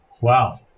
Wow